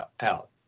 out